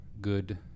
good